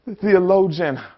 Theologian